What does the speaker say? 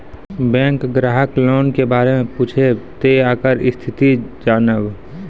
Bank ग्राहक loan के बारे मैं पुछेब ते ओकर स्थिति जॉनब?